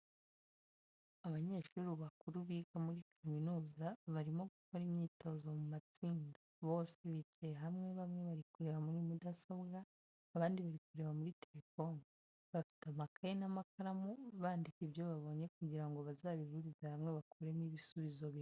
Abanyeshuri bakuru biga muri kaminuza barimo gukora imyitozo mu matsinda, bose bicaye hamwe bamwe bari kureba muri mudasobwa, abandi bari kureba muri telefoni, bafite amakayi n'amakaramu bandika ibyo babonye kugira ngo bazabihurize hamwe bakuremo ibisubizo binoze.